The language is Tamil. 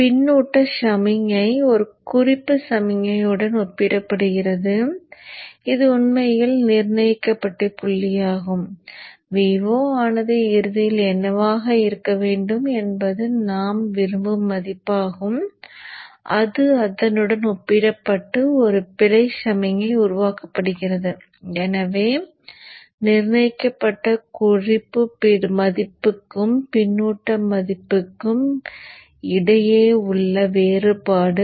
பின்னூட்ட சமிக்ஞை ஒரு குறிப்பு சமிக்ஞையுடன் ஒப்பிடுகிறது இது உண்மையில் நிர்ணயிக்கப்பட்ட புள்ளி ஆகும் Vo ஆனது இறுதியில் என்னவாக இருக்க வேண்டும் என்பது நாம் விரும்பும் மதிப்பாகும் அது அதனுடன் ஒப்பிடப்பட்டு ஒரு பிழை சமிக்ஞை உருவாக்கப்படுகிறது எனவே நிர்ணயிக்கப்பட்ட புள்ளி குறிப்பு மதிப்புக்கும் பின்னூட்ட மதிப்புக்கும் இடையே உள்ள வேறுபாடு